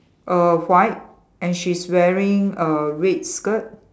err white and she's wearing a red skirt